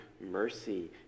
mercy